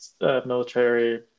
military